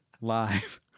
live